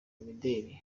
imideli